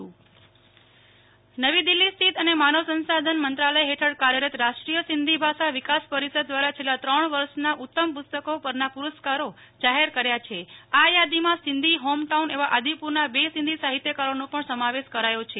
Nehal Thakkar Adipur Sindhi પુ રસ્કાર નવી દિલ્ફી સ્થિત અને માનવ સંસાધન મંત્રાલય હેઠળ કાર્યરત રાષ્ટ્રીય સિંધી ભાષા વિકાસ પરિષદ દ્વારા છેલ્લા ત્રણ વર્ષનાં ઉત્તમ પુસ્તકો પરના પુ રસ્કારો જાહેર કર્યા છે આ યાદીમાં સિંધી હોમ ટાઉન એવા આદિપુર ના બે સિંધી સાહિત્યકારોનો પણ સમાવેશ કરાથો છે